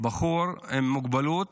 לבחור עם מוגבלות